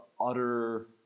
utter